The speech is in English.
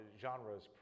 genres